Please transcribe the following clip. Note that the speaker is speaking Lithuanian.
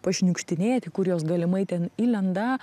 pašniukštinėti kur jos galimai ten įlenda